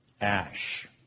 ash